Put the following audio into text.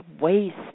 waste